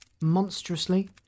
monstrously